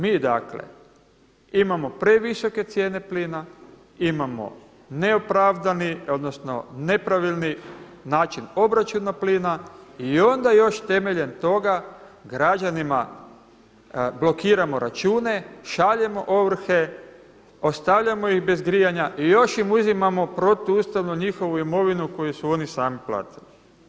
Mi dakle imamo previsoke cijene plina, imamo neopravdani, odnosno nepravilni način obračuna plina i onda još temeljem toga građanima blokiramo račune, šaljemo ovrhe, ostavljamo ih bez grijanja i još im uzimamo protuustavnu njihovu imovinu koju su oni sami platili.